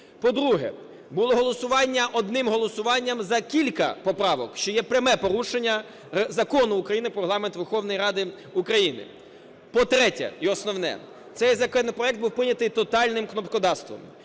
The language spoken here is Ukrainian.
По-друге, було голосування одним голосуванням за кілька поправок, що є пряме порушення Закону України "Про Регламент Верховної Ради України". По-третє, і основне, цей законопроект був прийнятий тотальним кнопкодавством,